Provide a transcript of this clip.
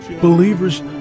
Believers